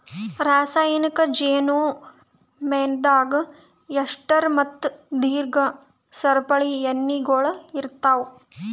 ರಾಸಾಯನಿಕ್ ಜೇನು ಮೇಣದಾಗ್ ಎಸ್ಟರ್ ಮತ್ತ ದೀರ್ಘ ಸರಪಳಿ ಎಣ್ಣೆಗೊಳ್ ಇರ್ತಾವ್